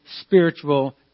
spiritual